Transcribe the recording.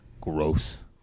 Gross